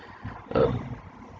um